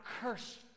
cursed